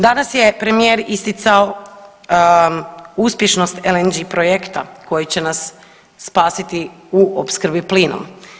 Danas je premijer isticao uspješnost LNG projekta koji će nas spasiti u opskrbi plinom.